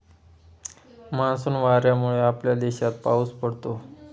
monsoon वाऱ्यांमुळे आपल्या देशात पाऊस पडतो